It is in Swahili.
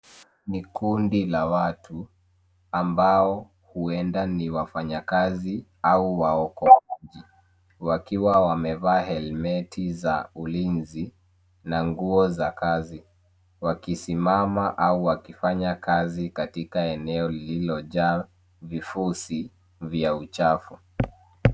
Ni kundi la watu ambao huenda ni wafanyakazi au waokoaji, wakiwa wamevaa helmeti za ulinzi na nguo za kazi, wakisimama au wakifanya kazi katika eneo lililojaa vifusi vya uchafu.